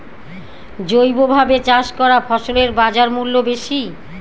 জৈবভাবে চাষ করা ফসলের বাজারমূল্য বেশি